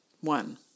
One